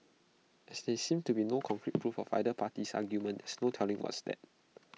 as there seems to be no concrete proof of either party's argument there's no telling what's that